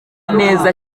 neza